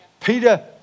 Peter